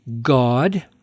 God